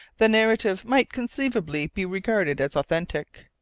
the narrative might conceivably be regarded as authentic.